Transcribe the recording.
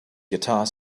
guitar